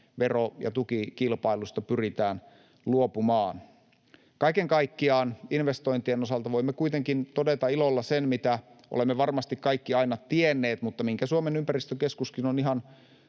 vero- ja tukikilpailusta pyritään luopumaan. Kaiken kaikkiaan investointien osalta voimme kuitenkin todeta ilolla sen, minkä olemme varmasti kaikki aina tienneet mutta minkä Suomen ympäristökeskuskin on ihan